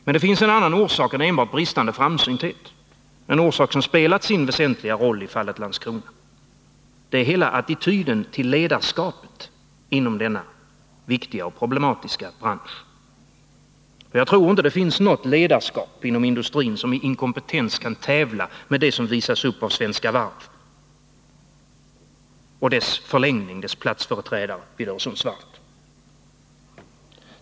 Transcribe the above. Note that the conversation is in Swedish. Men det finns en annan orsak än enbart bristande framsynthet, en orsak som spelat sin väsentliga roll i fallet Landskrona. Det är hela attityden till ledarskapet inom denna viktiga och problematiska bransch. Jag tror inte det finns något ledarskap som i inkompetens kan tävla med det som visas upp av Svenska Varv och dess förlängning, dess platsföreträdare vid Öresundsvarvet.